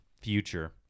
future